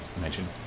mention